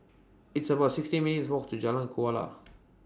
It's about sixteen minutes' Walk to Jalan Kuala